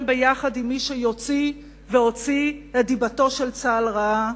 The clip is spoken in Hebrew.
ביחד במי שיוציא והוציא את דיבתו של צה"ל רעה.